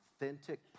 authentic